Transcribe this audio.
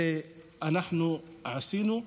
זה אנחנו עשינו.